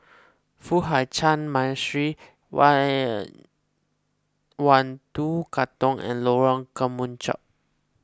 Foo Hai Ch'an Monastery one one two Katong and Lorong Kemunchup